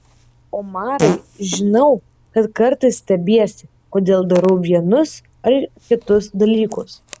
omarai žinau kad kartais stebiesi kodėl darau vienus ar kitus dalykus